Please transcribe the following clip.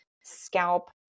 scalp